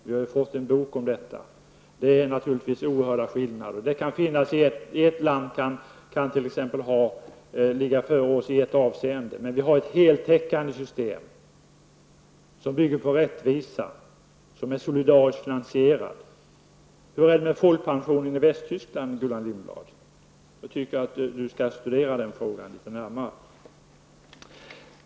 Vi har ju fått en bok om detta. Det är naturligtvis oerhörda skillnader. Ett land kan ligga före oss i ett avseende, men vi har ett heltäckande system, som bygger på rättvisa och som är solidariskt finansierat. Hur är det med folkpensionen i Västtyskland, Gullan Lindblad? Jag tycker att Gullan Lindblad skall studera den frågan litet närmare.